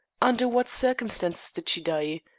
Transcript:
under what circumstances did she die?